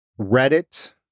Reddit